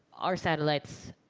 our satellites,